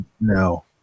No